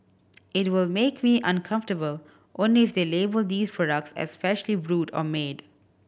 it will make me uncomfortable only if they label these products as freshly brewed or made